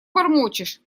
бормочешь